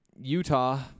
Utah